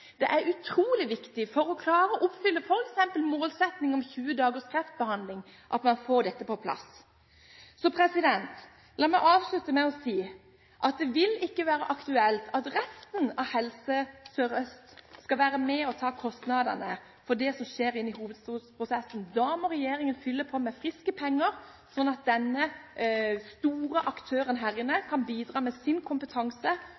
Det er utrolig viktig for å klare å oppfylle f.eks. målsettingen om kreftbehandling innen 20 dager at man får dette på plass. La meg avslutte med å si at det vil ikke være aktuelt at resten av Helse Sør-Øst skal være med og ta kostnadene for det som skjer i hovedstadsprosessen. Regjeringen må fylle på med friske penger, slik at den store aktøren her i Oslo kan bidra med sin kompetanse